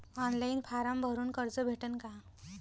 Online form भरून कर्ज भेटन का?